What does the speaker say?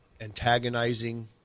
antagonizing